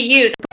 use